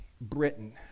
Britain